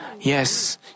Yes